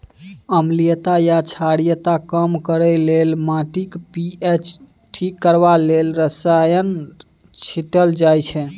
अम्लीयता या क्षारीयता कम करय लेल, माटिक पी.एच ठीक करबा लेल रसायन छीटल जाइ छै